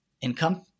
Income